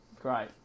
great